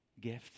gift